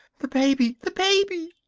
the baby! the baby!